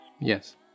Yes